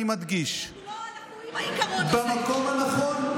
אנחנו עם העיקרון הזה.